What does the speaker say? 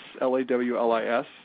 L-A-W-L-I-S